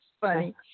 funny